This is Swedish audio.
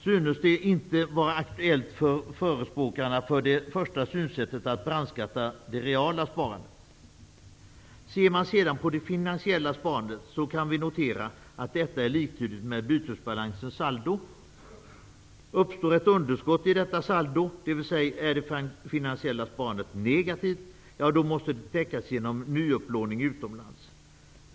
Det synes inte vara aktuellt för förespråkarna för det första synsättet att brandskatta det ''reala sparandet''. Beträffande det ''finansiella sparandet'' kan vi notera att detta är liktydigt med bytesbalansens saldo. Uppstår det ett underskott i detta saldo, dvs. är det ''finansiella sparandet'' negativt, då måste det täckas genom nyupplåning utomlands.